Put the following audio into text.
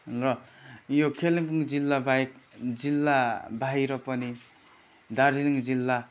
र यो कालिम्पोङ जिल्लाबाहेक जिल्लाबाहिर पनि दार्जिलिङ जिल्ला